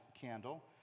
candle